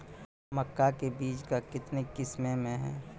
मक्का के बीज का कितने किसमें हैं?